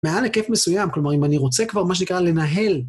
מעל היקף מסוים, כלומר, אם אני רוצה כבר, מה שנקרא, לנהל.